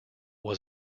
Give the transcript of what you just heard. was